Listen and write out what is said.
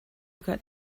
got